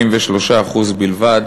43% בלבד